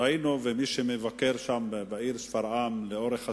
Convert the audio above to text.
ראינו, וכמי שמבקר בעיר שפרעם לאורך השנים,